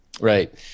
Right